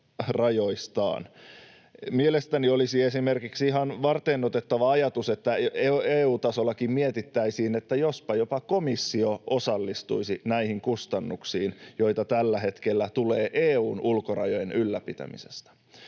Mielestäni olisi esimerkiksi ihan varteenotettava ajatus, että EU-tasollakin mietittäisiin, jospa jopa komissio osallistuisi näihin kustannuksiin, joita tällä hetkellä tulee EU:n ulkorajojen ylläpitämisestä.